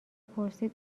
پرسید